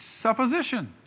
supposition